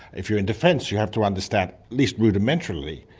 if you're in defence you have to understand, at least rudimentarily,